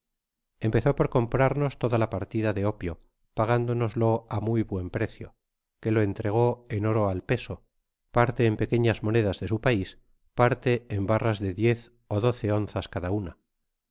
empezó por comprarnos toda la partida de ópio pagándonoslo á muy buen precio que lo entregó en oro al peso parte en pequeñas monedas de su pais parte en barras de diez x ó doce onzas cada una